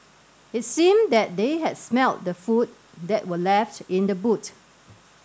it seemed that they had smelt the food that were left in the boot